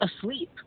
asleep